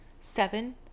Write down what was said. Seven